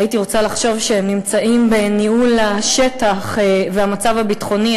הייתי רוצה לחשוב שהם נמצאים בניהול השטח והמצב הביטחוני,